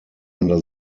under